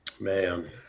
Man